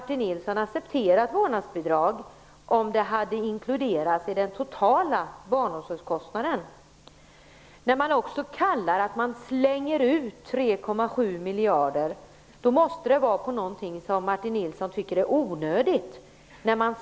Nilsson ha accepterat vårdnadsbidraget om det hade inkluderats i den totala barnomsorgskostnaden? När man säger att 3,7 miljarder ''slängs ut'' måste det handla om något som Martin Nilsson tycker är onödigt.